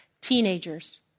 Teenagers